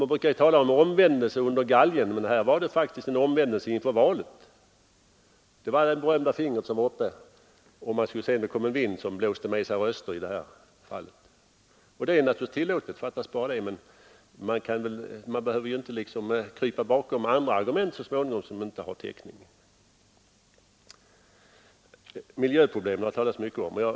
Man brukar tala om omvändelse under galgen, men här var det faktiskt en omvändelse inför valet. Det var det berömda fingret som var uppe. Man ville känna om det kom en vind som blåste med sig röster i det här fallet. Det är naturligtvis tillåtet — fattas bara annat. Men man behöver väl inte så småningom krypa bakom andra argument som inte har täckning. Miljöproblemen har det talats mycket om.